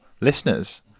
listeners